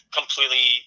completely